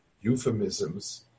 euphemisms